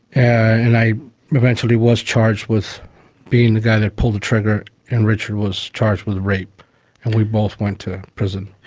and i eventually was charged with being the guy that pulled the trigger and richard was charged with the rape and we both went to prison.